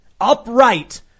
upright